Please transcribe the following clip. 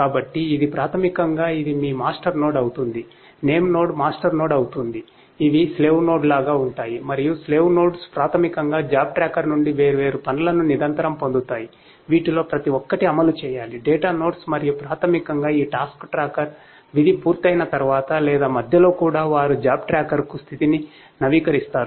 కాబట్టి ఇది ప్రాథమికంగా ఇది మీ మాస్టర్ నోడ్ అవుతుంది నేమ్ నోడ్ మాస్టర్ నోడ్ అవుతుంది ఇవి స్లేవ్ నోడ్స్ లాగా ఉంటాయి మరియు స్లేవ్ నోడ్స్ ప్రాథమికంగా జాబ్ ట్రాకర్ నుండి వేర్వేరు పనులను నిరంతరం పొందుతాయి వీటిలో ప్రతి ఒక్కటి అమలు చేయాలి డేటా నోడ్స్ మరియు ప్రాథమికంగా ఈ టాస్క్ ట్రాకర్ విధి పూర్తయిన తర్వాత లేదా మధ్యలో కూడా వారు జాబ్ ట్రాకర్కు స్థితిని నవీకరిస్తారు